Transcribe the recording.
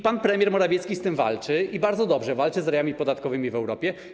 Pan premier Morawiecki z tym walczy, i bardzo dobrze, że walczy z rajami podatkowymi w Europie.